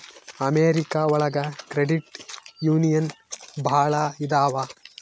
America ಒಳಗ credit union ಭಾಳ ಇದಾವ